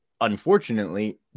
unfortunately